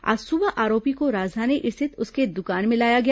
आज सुबह आरोपी को राजधानी स्थित उसकी दुकान में लाया गया